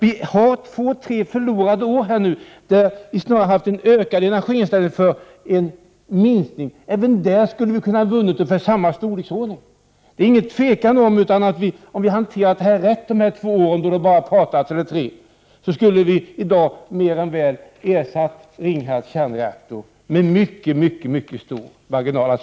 Vi har bakom oss två eller tre förlorade år, då energiförbrukningen snarast ökat i stället för att minska. Även där skulle vi ha kunnat vinna ungefär lika mycket. Det är inte tu tal om att om vi hade hanterat dessa två tre år rätt, skulle vi i dag mer än väl ha ersatt Ringhals kärnreaktor med mycket bred marginal.